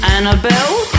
Annabelle